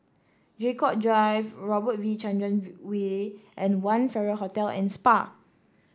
Draycott Drive Robert V Chandran Way and One Farrer Hotel and Spa